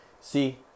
See